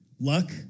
luck